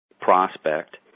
prospect